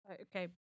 Okay